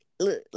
Look